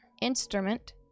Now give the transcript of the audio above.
instrument